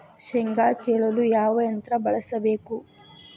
ಶೇಂಗಾ ಕೇಳಲು ಯಾವ ಯಂತ್ರ ಬಳಸಬೇಕು?